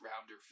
rounder